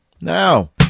now